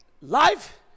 life